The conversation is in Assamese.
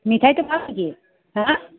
মিঠাইটো পাম নেকি